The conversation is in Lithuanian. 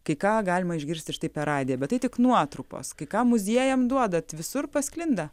kai ką galima išgirsti ir štai per radiją bet tai tik nuotrupos kai ką muziejam duodat visur pasklinda